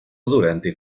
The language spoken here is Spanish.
durante